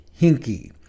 hinky